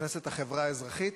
נכנסת החברה האזרחית,